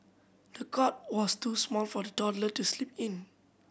the cot was too small for the toddler to sleep in